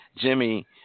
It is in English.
Jimmy